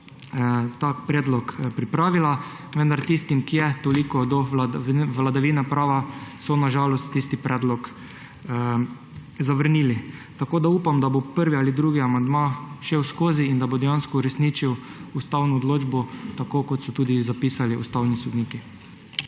tak predlog pripravila, vendar so tisti, ki jim je toliko do vladavine prava, na žalost tisti predlog zavrnili. Upam, da bo prvi ali drugi amandma šel skozi in da bo dejansko uresničil ustavno odločbo, tako kot so tudi zapisali ustavni sodniki.